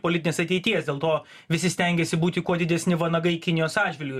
politinės ateities dėl to visi stengiasi būti kuo didesni vanagai kinijos atžvilgiu